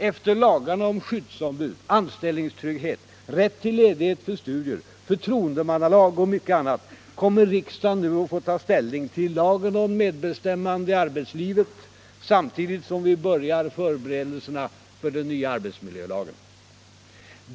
Efter lagarna om skyddsombud, anställningstrygghet, rätt till ledighet för studier, förtroendemannalag och mycket annat kommer riksdagen nu att få ta ställning till lagen om medbestämmande i arbetslivet samtidigt som vi börjar förberedelserna för den nya arbetsmiljölagen.